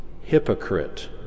hypocrite